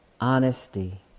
honesty